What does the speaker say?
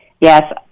yes